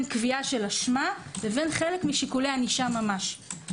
קביעה של אשמה לחלק משיקולי ענישה ממש.